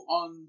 on